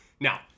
now